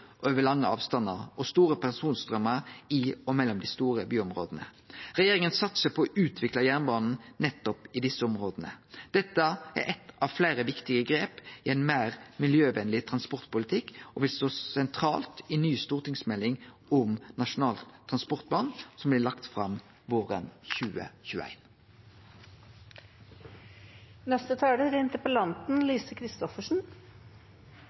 over lange avstandar og store personstrømmar i og mellom dei store byområda. Regjeringa satsar på å utvikle jernbanen nettopp i desse områda. Dette er eitt av fleire viktige grep i ein meir miljøvenleg transportpolitikk og vil stå sentralt i ny stortingsmelding om Nasjonal transportplan, som blir lagd fram våren